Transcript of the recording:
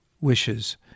wishes